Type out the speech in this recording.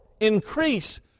Increase